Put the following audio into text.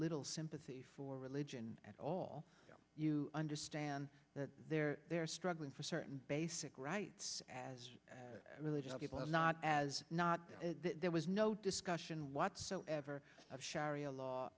little sympathy for religion at all you understand that they're struggling for certain basic rights as religious people not as not there was no discussion whatsoever of sharia law